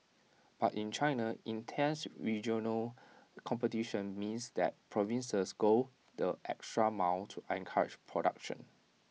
but in China intense regional competition means that provinces go the extra mile to encourage production